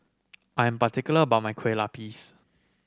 I'm particular about my Kueh Lapis